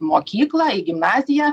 mokyklą į gimnaziją